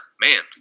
man